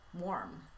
warm